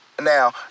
Now